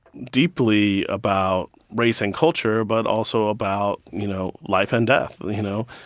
deeply about race and culture but also about, you know, life and death, you know?